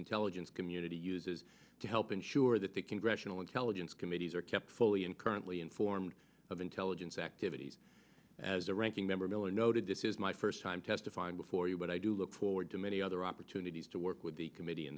intelligence community uses to help ensure that the congressional intelligence committees are kept fully and currently informed of intelligence activities as a ranking member miller noted this is my first time testifying before you but i do look forward to many other opportunities to work with the committee in